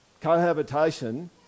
cohabitation